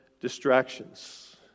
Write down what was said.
distractions